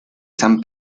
san